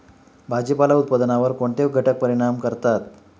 भाजीपाला उत्पादनावर कोणते घटक परिणाम करतात?